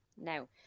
Now